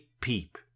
peep